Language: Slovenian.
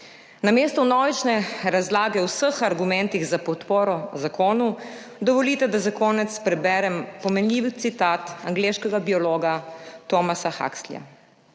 Namesto vnovične razlage o vseh argumentih za podporo zakonu dovolite, da za konec preberem pomenljiv citat angleškega biologa Thomasa Huxleyja: